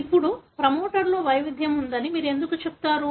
ఇప్పుడు ప్రమోటర్ లో వైవిధ్యం ఉందని మీరు ఎందుకు చెబుతారు